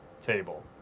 table